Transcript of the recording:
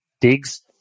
digs